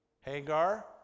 Hagar